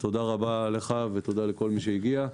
תודה רבה לך ותודה לכל מי שהגיע.